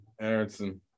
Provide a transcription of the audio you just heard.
Aronson